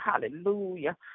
Hallelujah